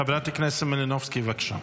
חברת הכנסת מלינובסקי, בבקשה.